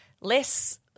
less